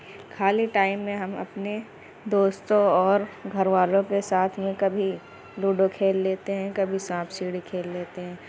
خالی ٹائم میں ہم اپنے دوستوں اور گھر والوں کے ساتھ میں کبھی لوڈو کھیل لیتے ہیں کبھی سانپ سیڑھی کھیل لیتے ہیں